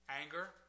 Anger